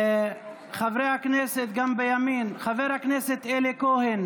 חברי הכנסת, גם בימין, חבר הכנסת אלי כהן